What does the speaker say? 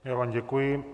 Já vám děkuji.